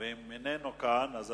ואם הוא לא יהיה כאן אנחנו